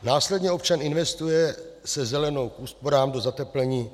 Následně občan investuje se Zelenou úsporám do zateplení.